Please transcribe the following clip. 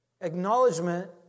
acknowledgement